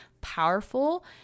powerful